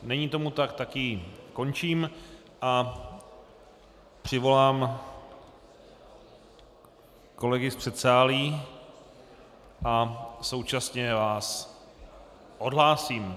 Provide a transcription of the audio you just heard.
Není tomu tak, tak ji končím a přivolám kolegy z předsálí a současně vás odhlásím.